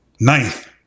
Ninth